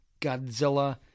Godzilla